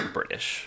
British